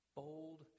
bold